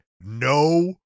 no